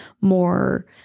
more